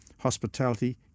hospitality